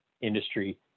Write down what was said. industry